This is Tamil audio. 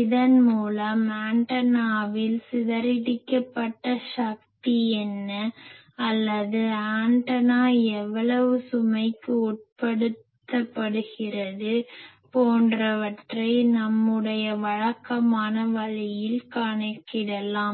இதன்மூலம் ஆண்டனாவில் சிதறடிக்கப்பட்ட சக்தி என்ன அல்லது ஆண்டனா எவ்வளவு சுமைக்கு உட்படுத்துகிறது போன்றவற்றை நம்முடைய வழக்கமான வழியில் கணக்கிடலாம்